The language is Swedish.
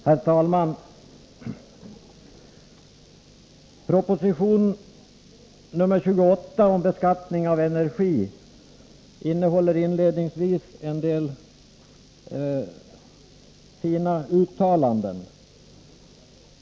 Herr talman! I proposition 28 om beskattning av energi görs inledningsvis en del fina uttalanden.